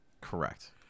correct